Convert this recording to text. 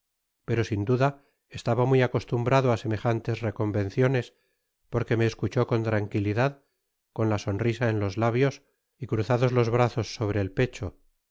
pero sin duda estaba muy acostumbrado á semejantes reconvenciones porque me escuchó con tranquilidad con la sonrisa en los labios y cruzados tos brazos sobre el pecho